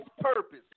purpose